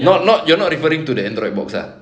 not not you're not referring to the Android box ah